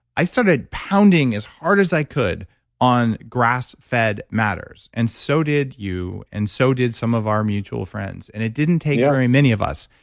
i started pounding as hard as i could on grass-fed matters and so did you and so did some of our mutual friends, and it didn't take very many of us,